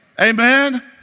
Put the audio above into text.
Amen